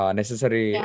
necessary